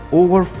over